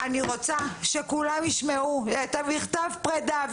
אני רוצה שכולם ישמעו את מכתב הפרידה.